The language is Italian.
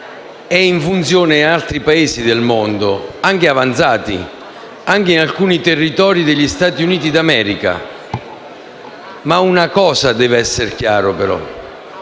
è in funzione in altri Paesi del mondo, anche avanzati, anche in alcuni territori degli Stati Uniti d’America. Ma una cosa deve essere chiara: